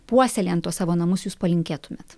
puoselėjant tuos savo namus jūs palinkėtumėt